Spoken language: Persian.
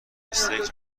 استیک